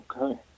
Okay